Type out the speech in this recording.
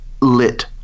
lit